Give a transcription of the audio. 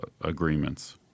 agreements